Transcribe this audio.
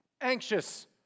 Anxious